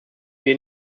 wir